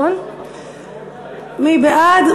מי בעד?